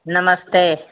नमस्ते